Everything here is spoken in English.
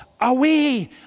away